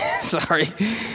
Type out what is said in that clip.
Sorry